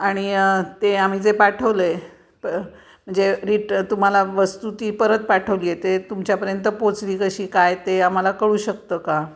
आणि ते आम्ही जे पाठवलं आहे प म्हणजे रिट तुमाला वस्तू ती परत पाठवली आहे ते तुमच्यापर्यंत पोचली कशी काय ते आम्हाला कळू शकतं का